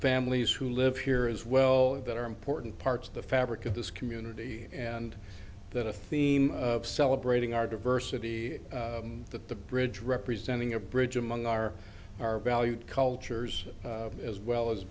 families who live here as well that are important parts of the fabric of this community and that a theme of celebrating our diversity that the bridge representing a bridge among our our valued cultures as well as